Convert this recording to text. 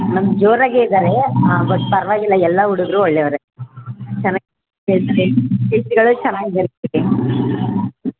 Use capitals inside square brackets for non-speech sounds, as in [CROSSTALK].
ma'am ಜೋರಾಗೇ ಇದ್ದಾರೆ ಹಾಂ ಬಟ್ ಪರವಾಗಿಲ್ಲ ಎಲ್ಲ ಹುಡುಗ್ರು ಒಳ್ಳೆಯವ್ರೆ ಚೆನ್ನಾಗಿ [UNINTELLIGIBLE]